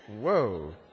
Whoa